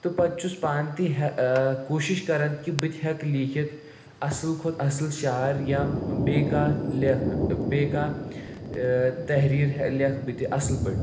تہٕ پَتہٕ چھُس پانہٕ تہِ کوٗشِش کَران کہِ بہٕ تہِ ہٮ۪کہٕ لیٖکِتھ اَصٕل کھۄتہٕ اَصٕل شعر یا بیٚیہِ کانٛہہ لیکھٕ بیٚیہِ کانٛہہ تحریٖر لیکھٕ بہٕ تہِ اَصٕل پٲٹھۍ